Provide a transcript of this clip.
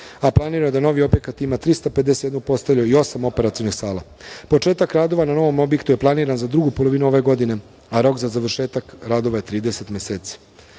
a planirano je da novi objekat ima 351 postelju i osam operacionih sala. Početak radova na novom objektu je planiran za drugu polovinu ove godine, a rok za završetak radova je 30